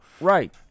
Right